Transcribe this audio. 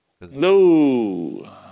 no